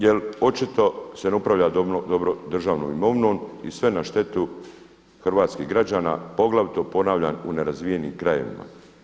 Jer očito se ne upravlja dobro državnom imovinom i sve na štetu hrvatskih građana poglavito ponavljam u nerazvijenim krajevima.